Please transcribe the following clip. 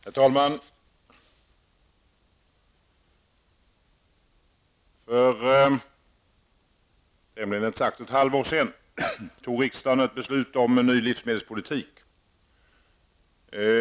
Herr talman! För tämligen exakt ett halvår sedan fattade riksdagen ett beslut om en ny livsmedelspolitik.